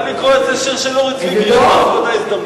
אני קורא את דוח אדמונד לוי,